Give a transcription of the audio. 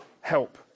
help